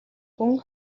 хүн